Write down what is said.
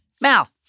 Mal